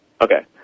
Okay